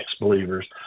believers